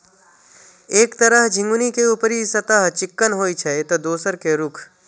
एक तरह झिंगुनी के ऊपरी सतह चिक्कन होइ छै, ते दोसर के रूख